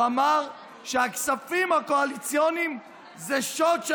הוא אמר שהכספים הקואליציוניים זה שוד של